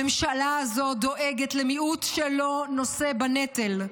הממשלה הזו דואגת למיעוט שלא נושא בנטל.